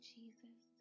Jesus